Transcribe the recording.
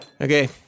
Okay